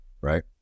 Right